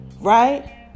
Right